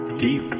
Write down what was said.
deep